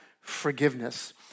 forgiveness